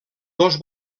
dos